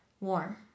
warm